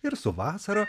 ir su vasara